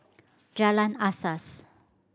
Jalan Asas